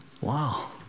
Wow